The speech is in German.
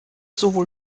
sowohl